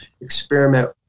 experiment